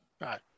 Right